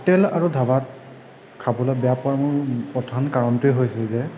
hotel আৰু ধাবাত খাবলৈ বেয়া পোৱাৰ মোৰ প্ৰথম কাৰণটোৱেই হৈছে যে